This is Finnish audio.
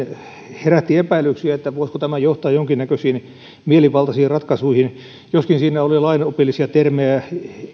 herätti epäilyksiä voisiko tämä johtaa jonkinnäköisiin mielivaltaisiin ratkaisuihin joskin siinä oli sellainen lainopillinen termi kuin